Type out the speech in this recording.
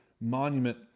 monument